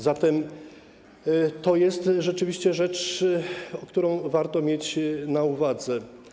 Zatem to jest rzeczywiście rzecz, którą warto mieć na uwadze.